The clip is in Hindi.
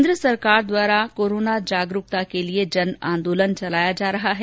केन्द्र सरकार द्वारा कोरोना जागरूकता के लिए जन आंदोलन जारी है